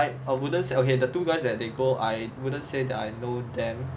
I wouldn't say okay the two guys that they go I wouldn't say that I know them